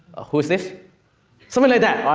who is this? something like that, all right?